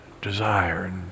desire